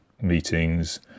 meetings